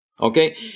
Okay